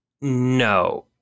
no